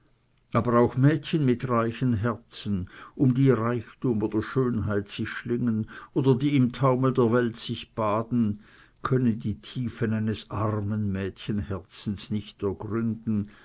aber auch mädchen mit reichen herzen um die reichtum oder schönheit sich schlingen oder die im taumel der welt sich baden können die tiefen eines armen mädchenherzens nicht ergründen